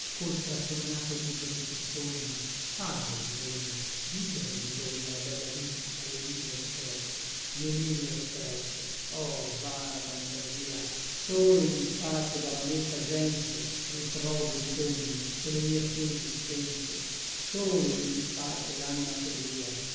col trasognato viso di chi sogna fare bisogna vivere bisogna la bella vita dalle mille offerte le mille offerte oh vana fantasia solo in disparte dalla molta gente ritrovo i sogni e le mie fedi spente solo in disparte lanima soblia